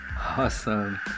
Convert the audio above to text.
Awesome